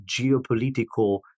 geopolitical